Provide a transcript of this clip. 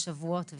לשבועות,